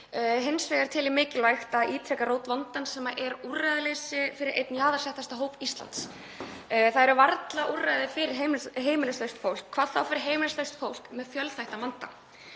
Hins vegar tel ég mikilvægt að ítreka rót vandans sem er úrræðaleysi fyrir einn jaðarsettasta hóp Íslands. Það eru varla úrræði fyrir heimilislaust fólk, hvað þá fyrir heimilislaust fólk með fjölþættan vanda.